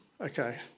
Okay